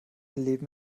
leben